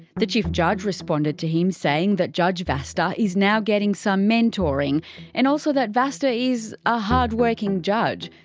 the chief judge responded to him saying that judge vasta is now getting some mentoring and also that vasta is a hard working judge.